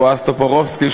בועז טופורובסקי,